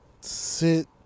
sit